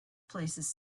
places